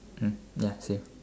mm ya same